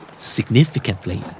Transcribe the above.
Significantly